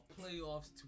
playoffs